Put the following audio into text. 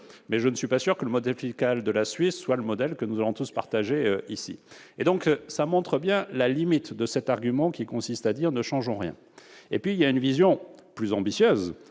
mais je ne suis pas sûr que le modèle fiscal de la Suisse soit celui que nous souhaitions tous partager ici. Cela montre bien la limite de cet argument qui consiste à dire : ne changeons rien ! D'autre part, il y a une vision plus ambitieuse,